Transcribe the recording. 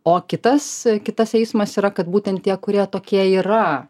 o kitas kitas eismas yra kad būtent tie kurie tokie yra